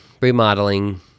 remodeling